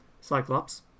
Cyclops